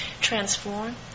transform